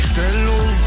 Stellung